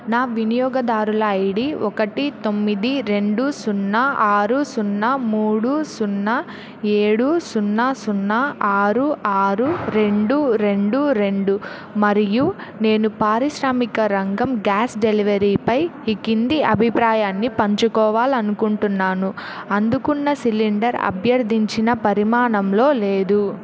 నా వినియోగదారుల I D ఒకటి తొమ్మిది రెండు సున్నా ఆరు సున్నా మూడు సున్నా ఏడు సున్నా సున్నా ఆరు ఆరు రెండు రెండు రెండు మరియు నేను పారిశ్రామిక రంగం గ్యాస్ డెలివరీపై ఈ కింది అభిప్రాయాన్ని పంచుకోవాలి అనుకుంటున్నాను అందుకున్న సిలిండర్ అభ్యర్థించిన పరిమాణంలో లేదు